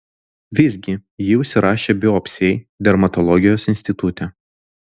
visgi ji užsirašė biopsijai dermatologijos institute